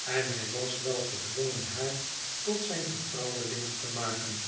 en hij was wel gedwongen haar tot zijn vertrouwelingen te maken